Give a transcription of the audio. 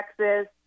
Texas